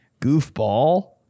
Goofball